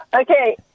Okay